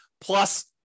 plus